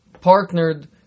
partnered